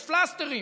יש פלסטרים,